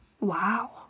Wow